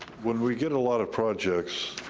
when we get a lot of projects,